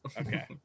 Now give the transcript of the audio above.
Okay